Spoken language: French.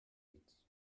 huit